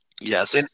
Yes